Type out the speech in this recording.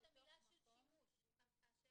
שימוש זה